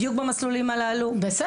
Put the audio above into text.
בדיוק במסלולים הללו,